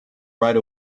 right